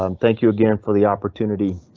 um thank you again for the opportunity.